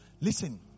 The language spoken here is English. Listen